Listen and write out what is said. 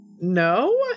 No